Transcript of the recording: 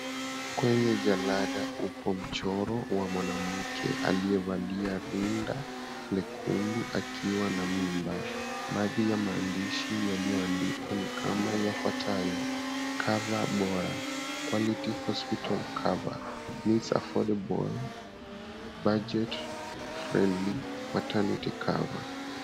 Kwenye jalada upo mchoro wa mwanamke aliyevalia rinda lekundu akiwa na mimba. Baadhi ya maandishi yaliyoandikwa ni kama yafuatayo, Cover Bora, Quality Hospital Cover, Meets Affordable Budget Friendly Maternity Cover.